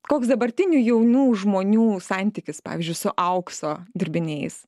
koks dabartinių jaunų žmonių santykis pavyzdžiui su aukso dirbiniais